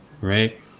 right